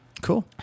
cool